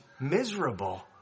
miserable